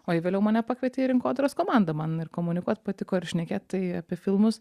o jie vėliau mane pakvietė į rinkodaros komandą man ir komunikuot patiko ir šnekėt tai apie filmus